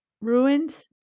ruins